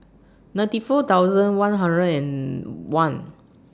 ninety four thousand one hundred and one